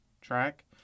track